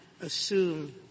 assume